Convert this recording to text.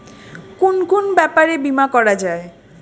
কুন কুন ব্যাপারে বীমা করা যায়?